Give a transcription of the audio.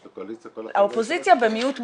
של הקואליציה -- האופוזיציה במיעוט מובנה,